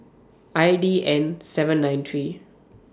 I D N seven nine three